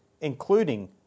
including